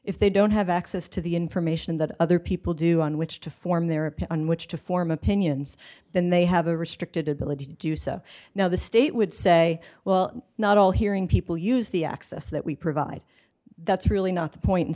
if they don't have access to the information that other people do on which to form their opinion which to form opinions then they have a restricted ability to do so now the state would say well not all hearing people use the access that we provide that's really not the point and